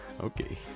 okay